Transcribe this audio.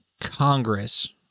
Congress